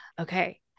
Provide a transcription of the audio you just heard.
Okay